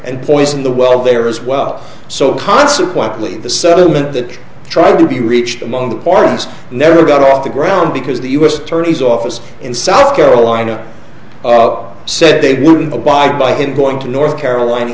and poison the well there as well so consequently the settlement that tried to be reached among the parties never got off the ground because the u s attorney's office in south carolina said they wouldn't abide by it going to north carolina